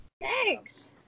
Thanks